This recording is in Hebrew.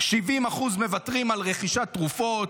70% מוותרים על רכישת תרופות.